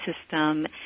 system